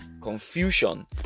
confusion